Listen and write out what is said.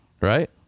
Right